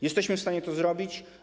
Jesteśmy w stanie to zrobić.